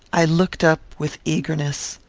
i looked up with eagerness.